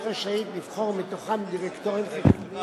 רשאית לבחור מתוכם דירקטורים חיצוניים,